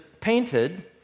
painted